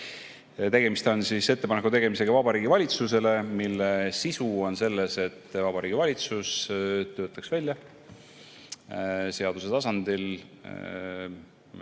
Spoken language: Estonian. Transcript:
Tegemist on ettepaneku tegemisega Vabariigi Valitsusele. Ettepaneku sisu on selles, et Vabariigi Valitsus töötaks seaduse tasandil